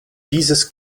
dieses